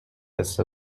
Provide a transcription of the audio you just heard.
قصه